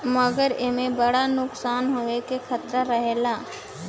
मगर एईमे बड़ा नुकसान होवे के खतरा रहेला